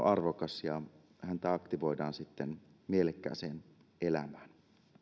arvokas ja häntä aktivoidaan mielekkääseen elämään